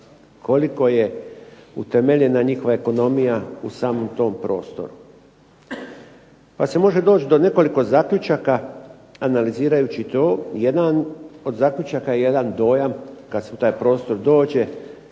koliko je utemeljena njihova ekonomija u samom tom prostoru. Pa se može doći do nekoliko zaključaka analizirajući to. Jedan od zaključaka je jedan dojam kad se u taj prostor dođe,